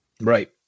Right